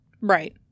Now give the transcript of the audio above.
Right